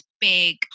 big